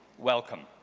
welcome.